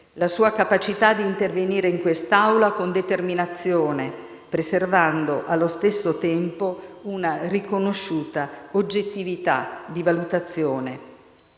la sua capacità di intervenire in quest'Aula con determinazione, preservando allo stesso tempo una riconosciuta oggettività di valutazione.